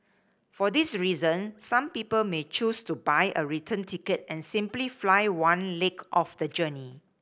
for this reason some people may choose to buy a return ticket and simply fly one leg of the journey